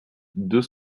deux